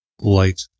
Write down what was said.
light